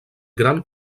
gran